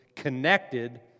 connected